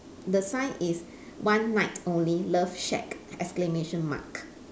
the sign is one night only love shack exclamation mark